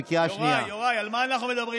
לא היה קשה